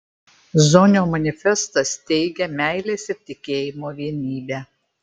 zonio manifestas teigia meilės ir tikėjimo vienybę